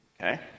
Okay